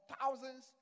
thousands